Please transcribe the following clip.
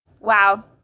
Wow